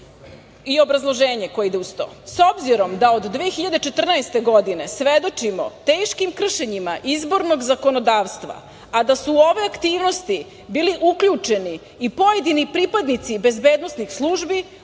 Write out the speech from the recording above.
I obrazloženje koje ide uz to.S obzirom da od 2014. godine svedočimo teškim kršenjima izbornog zakonodavstva, a da su u ove aktivnosti bili uključeni i pojedini pripadnici bezbednosnih službi,